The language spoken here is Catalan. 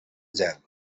gel